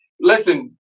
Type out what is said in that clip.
listen